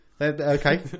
Okay